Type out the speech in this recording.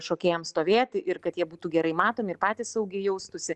šokėjams stovėti ir kad jie būtų gerai matomi ir patys saugiai jaustųsi